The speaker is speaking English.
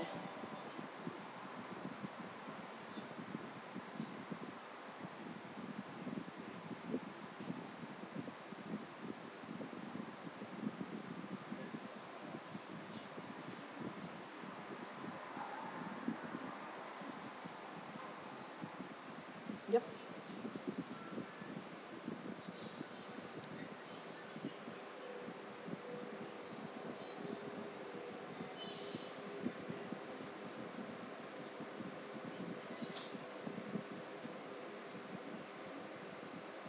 yup